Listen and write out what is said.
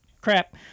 crap